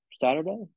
Saturday